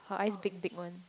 her eyes big big one